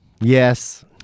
yes